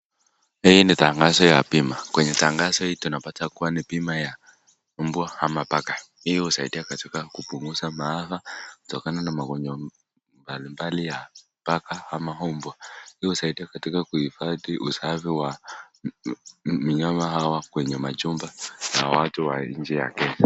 Hii ni tangazo ya bima, kwenye tangazo hii tunapata kuwa ni bima ya umbwa ama paka, hii husaidia katika kupunguza maafa kutokana na magonjwa mbalimbali ya paka ama umbwa, hii husaidia katika kuhifadhi usafi wa wanyama hawa kwenye majumba ya watu wa nchi ya Kenya.